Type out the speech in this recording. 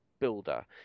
builder